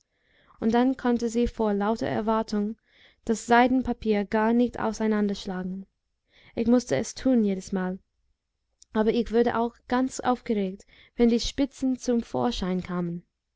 und dann konnte sie vor lauter erwartung das seidenpapier gar nicht auseinanderschlagen ich mußte es tun jedesmal aber ich wurde auch ganz aufgeregt wenn die spitzen zum vorschein kamen